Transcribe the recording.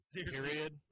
Period